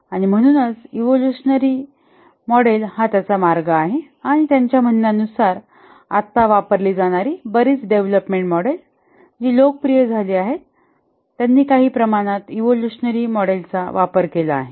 आणि म्हणूनच evolutionary model हा त्याचा मार्ग आहे आणि त्याच्या म्हणण्यानुसार आहे आता वापरली जाणारी बरीच डेव्हलपमेंट मॉडेल्स जी लोकप्रिय झाली आहेत त्यांनी काही प्रमाणात इवोल्युशनरी मॉडेल चा वापर केला आहे